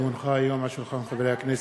כי הונחה היום על שולחן הכנסת,